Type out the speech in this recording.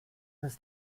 ist